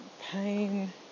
pain